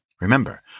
Remember